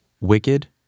Wicked